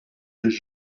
des